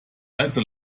allzu